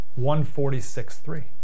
146.3